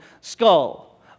skull